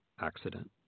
accident